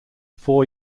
four